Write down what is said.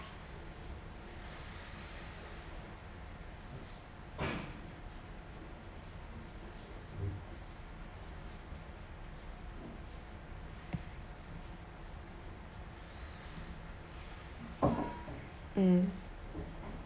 mm